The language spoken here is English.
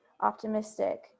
optimistic